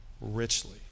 richly